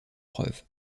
preuves